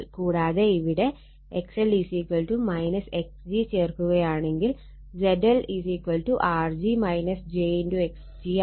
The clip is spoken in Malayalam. കൂടാതെ ഇവിടെ XL Xg ചേർക്കുകയാണെങ്കിൽ ZL R g j X g ആവും